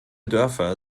dörfer